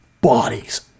bodies